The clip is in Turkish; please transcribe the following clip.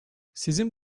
sizin